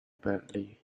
badly